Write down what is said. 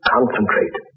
Concentrate